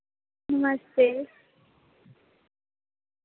नमस्ते